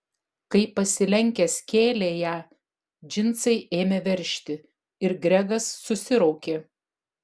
kai pasilenkęs kėlė ją džinsai ėmė veržti ir gregas susiraukė